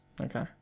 Okay